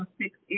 six